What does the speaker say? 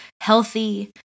healthy